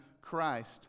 Christ